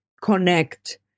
connect